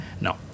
No